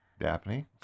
Daphne